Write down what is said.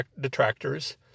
detractors